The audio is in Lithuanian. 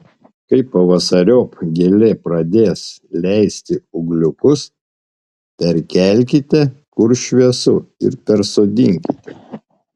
kai pavasariop gėlė pradės leisti ūgliukus perkelkite kur šviesu ir persodinkite